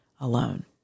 alone